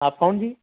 ਆਪ ਕੌਣ ਜੀ